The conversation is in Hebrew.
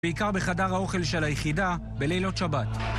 בעיקר בחדר האוכל של היחידה בלילות שבת.